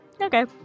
Okay